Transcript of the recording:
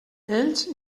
ells